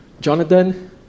Jonathan